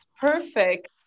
perfect